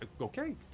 Okay